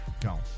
Go